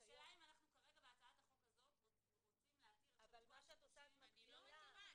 -- אם אנחנו כרגע בהצעת החוק הזו רוצים --- אבל את מגבילה,